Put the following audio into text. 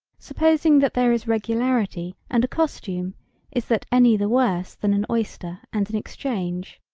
supposing that there is regularity and a costume is that any the worse than an oyster and an exchange.